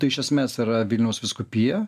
tai iš esmės yra vilniaus vyskupija